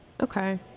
Okay